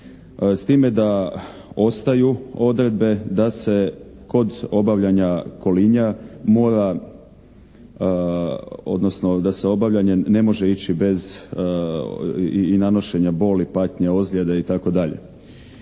kolinja mora, odnosno da se obavljanje ne može ići bez i nanošenja boli, patnje, ozljede itd.